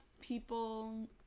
people